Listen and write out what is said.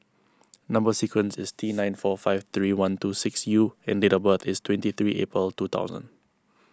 Number Sequence is T nine four five three one two six U and date of birth is twenty three April two thousand